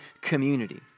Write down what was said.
community